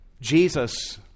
Jesus